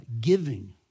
giving